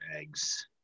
eggs